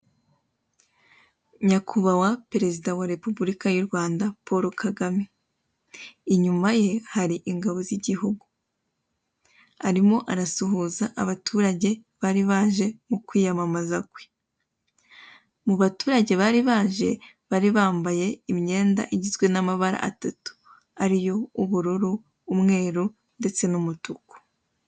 Nyakubahwa perezida wa Repubulika y'u Rwanda Paul Kagame, inyuma ye hari ingabo z'igihugu, arimo arasuhuza abaturage bari baje mu kwiyamamaza kwe, mu bataurage bari baje, bari bambaye imyenda igizwe n'amabara atatu ari yo: ubururu, umweru ndetse n'umutuku.